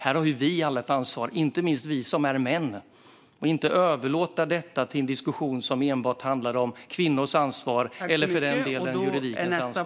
Här har vi alla ett ansvar, inte minst vi som är män, att inte överlåta detta till en diskussion som enbart handlar om kvinnors ansvar eller för den delen juridikens ansvar.